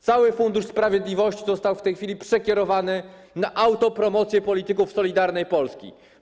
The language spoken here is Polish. Cały Fundusz Sprawiedliwości został w tej chwili przekierowany na autopromocję polityków Solidarnej Polski.